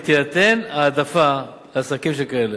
הוא כי תינתן העדפה לעסקים שכאלה.